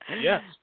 Yes